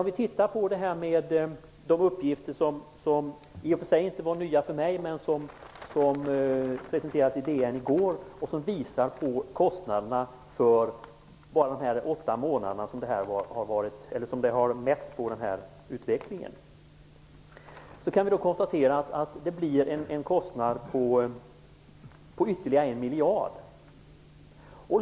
Om vi tittar på de uppgifter som i och för sig inte var nya för mig men som presenterades i DN i går, ser vi att de visar på kostnaden under de åtta månader som den här utvecklingen mätts. Vi kan konstatera att det blir en kostnad om ytterligare 1 miljard kronor.